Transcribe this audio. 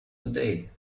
today